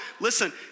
listen